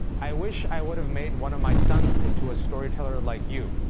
i wish i would've made one of my sons into a storyteller like you.